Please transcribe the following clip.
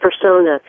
persona